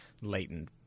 latent